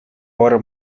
hora